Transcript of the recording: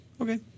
Okay